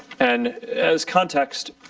and as context,